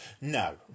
no